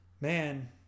man